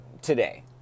Today